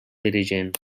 dirigent